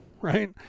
right